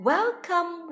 Welcome